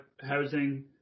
housing